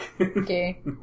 Okay